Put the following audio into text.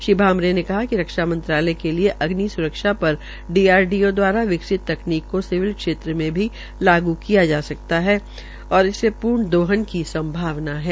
श्री भामरे ने कहा कि रक्षा मंत्रालय के लिये अग्नि सुरक्षा पर डीआरडीओ दवारा विकसित तकनीक को सिविल क्षेत्र में भी लागू किया जा सकता है और इस पूर्ण दोहन की संभावना है